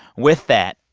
with that,